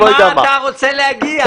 למה אתה רוצה להגיע?